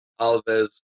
Alves